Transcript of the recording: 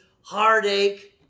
heartache